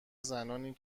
زنانی